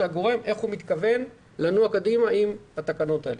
איך הגורם מתכוון לנוע קדימה עם התקנות האלה.